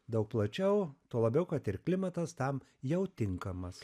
daug plačiau tuo labiau kad ir klimatas tam jau tinkamas